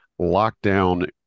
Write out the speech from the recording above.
lockdown